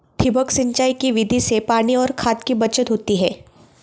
ठिबक सिंचाई की विधि से पानी और खाद की बचत होती है